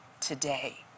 today